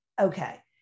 Okay